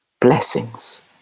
blessings